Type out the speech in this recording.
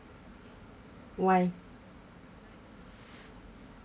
why